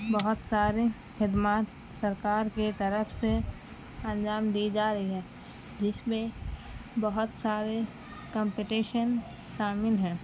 بہت سارے خدمات سرکار کے طرف سے انجام دی جا رہی ہے جس میں بہت سارے کمپٹیشن شامل ہیں